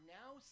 now